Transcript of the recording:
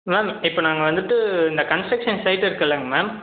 ma'am இப்போ நாங்கள் வந்துட்டு இந்த கன்ஸ்ட்ரக்ஷன் சைட் இருக்கில்லைங்க மேம்